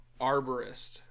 arborist